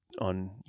on